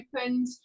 opened